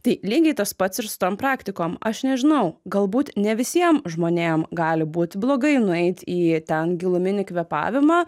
tai lygiai tas pats ir su tom praktikom aš nežinau galbūt ne visiem žmonėm gali būti blogai nueit į ten giluminį kvėpavimą